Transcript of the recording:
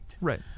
right